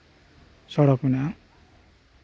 ᱥᱚᱲᱚᱠ ᱢᱮᱱᱟᱜᱼᱟ